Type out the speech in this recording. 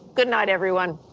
good night, everyone.